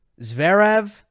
Zverev